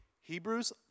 Hebrews